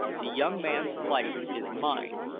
the young man's life is mine.